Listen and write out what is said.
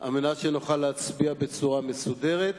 על מנת שנוכל להצביע בצורה מסודרת.